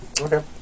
Okay